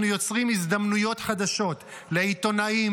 אנחנו יוצרים הזדמנויות חדשות לעיתונאים,